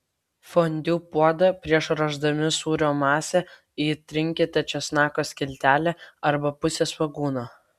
fondiu puodą prieš ruošdami sūrio masę įtrinkite česnako skiltele arba puse svogūno